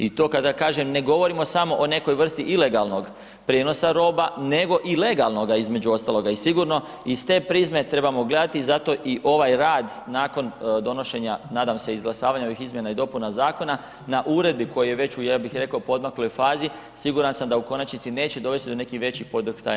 I to kada kažem ne govorimo samo o nekoj vrsti ilegalnog prijenosa roba nego i legalnoga između ostaloga i sigurno iz te prizme trebamo gledati zato i ovaj rad nakon donošenja nadam se izglasavanja ovih izmjena i dopuna zakon na uredbi koja je već ja bih rekao u poodmakloj fazi, siguran sam da u konačnosti neće dovesti do nekih većih podrhtaja na tržištu.